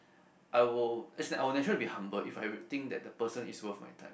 I will is like I will nature be humble if everything that the person is worth my time